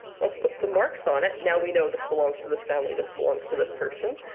let's put some marks on it. now we know this belongs to this family, this belongs to this person.